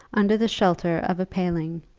under the shelter of a paling,